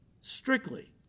strictly